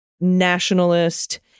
nationalist